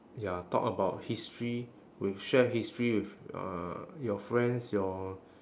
ya talk about history with share history with uh your friends your